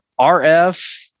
RF